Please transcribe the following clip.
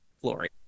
Flory